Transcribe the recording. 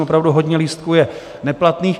Opravdu hodně lístků je neplatných.